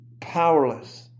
powerless